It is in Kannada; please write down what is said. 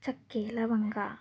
ಚಕ್ಕೆ ಲವಂಗ